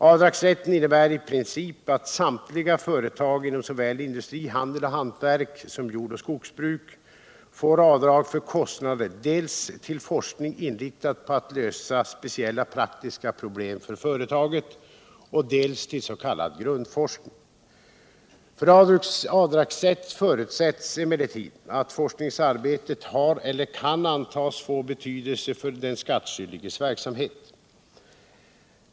Avdragsrätten innebär i princip att samtliga företag inom såväl industri, handel och hantverk som jordoch skogsbruk får göra avdrag för kostnader för forskning inriktad på att lösa speciella praktiska problem för företaget och till s.k. grundforskning. För att sådan avdragsrätt skall föreligga förutsätts emellertid att forskningsarbetet har eller kan antas få betydelse för den skattskyldiges verksamhet.